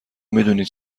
میدونی